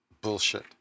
bullshit